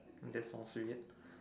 that's forcing it